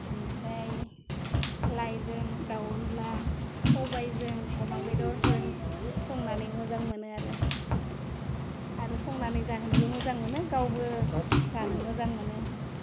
ओमफ्राय लाइजों दाव अनला सबायजों अमा बेदरजों संनानै मोजां मोनो आरो संनानै जाहोनोबो मोजां मोनो गावबो जानो मोजां मोनो